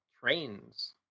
trains